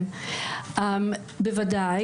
בוודאי.